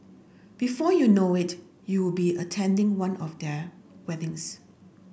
before you know it you'll be attending one of their weddings